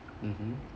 mmhmm